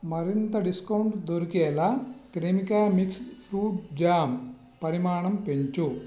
మరింత డిస్కౌంట్ దొరికేలా Cremica mix fruit jam పరిమాణం పెంచు